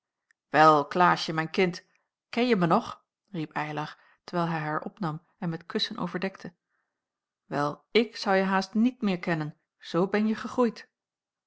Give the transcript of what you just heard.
wel klaasje mijn kind kenje mij nog riep eylar terwijl hij haar opnam en met kussen overdekte wel ik zou je haast niet meer kennen zoo benje gegroeid